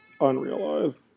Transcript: Unrealized